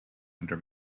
under